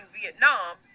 Vietnam